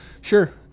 Sure